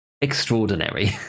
extraordinary